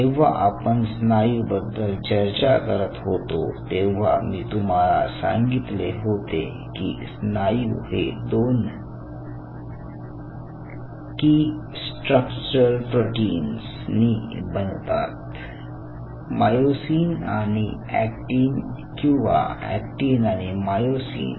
जेव्हा आपण स्नायू बद्दल चर्चा करत होतो तेव्हा मी तुम्हाला सांगितले होते की स्नायू हे दोन 'की स्ट्रक्चरल प्रोटिन्स' नि बनतात मायोसिन आणि अॅक्टिन किंवा अॅक्टिन आणि मायोसिन